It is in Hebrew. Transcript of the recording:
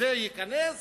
שזה ייכנס